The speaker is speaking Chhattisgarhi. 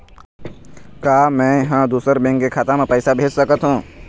का मैं ह दूसर बैंक के खाता म पैसा भेज सकथों?